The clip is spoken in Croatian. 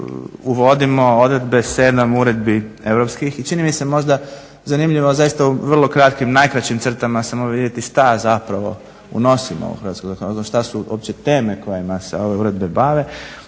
uvodimo odredbe 7. Uredbi Europskih i čini mi se možda zanimljivo zaista u vrlo kratkim, najkraćim crtama samo vidjeti šta zapravo unosimo u hrvatsko zakonodavstvo, šta su uopće teme kojima se ove uredbe bave.